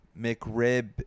McRib